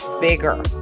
bigger